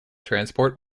transport